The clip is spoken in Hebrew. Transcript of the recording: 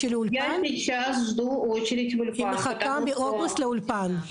(מתרגמת מהשפה הרוסית): היא מחכה מאוגוסט לאולפן,